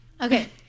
okay